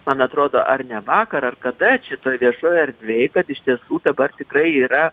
man atrodo ar ne vakar ar kada čia toj viešoj erdvėj kad iš tiesų dabar tikrai yra